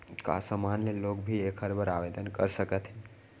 का सामान्य लोग भी एखर बर आवदेन कर सकत हे?